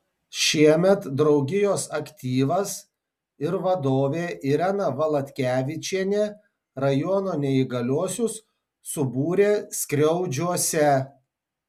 šiemet draugijos aktyvas ir vadovė irena valatkevičienė rajono neįgaliuosius subūrė skriaudžiuose